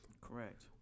Correct